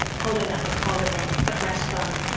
holding up a collar bone, a breast bone.